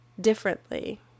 differently